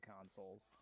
consoles